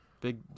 Big